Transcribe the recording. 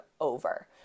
over